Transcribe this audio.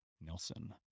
Nelson